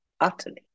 Utterly